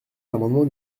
l’amendement